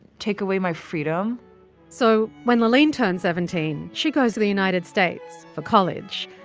take away my freedom so when laaleen turns seventeen, she goes to the united states for college.